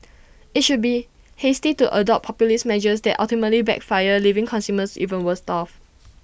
IT should be hasty to adopt populist measures that ultimately backfire leaving consumers even worse off